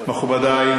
מכובדי,